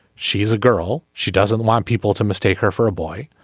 she is a girl. she doesn't want people to mistake her for a boy.